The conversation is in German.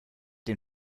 den